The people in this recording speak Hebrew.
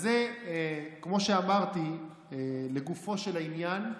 אז זה, כמו שאמרתי, לגופו של העניין.